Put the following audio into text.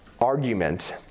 argument